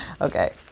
Okay